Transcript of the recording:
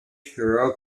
heroic